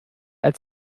als